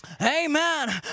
Amen